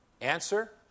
answer